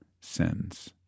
sins